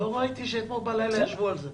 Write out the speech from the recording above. לא ראיתי שאתמול בלילה ישבו על זה.